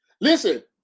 Listen